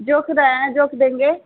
जो खुद आया है जोख देंगे